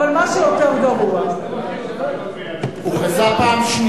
אבל מה שיותר גרוע, שכנעו את העולם כל כך הרבה